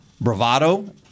bravado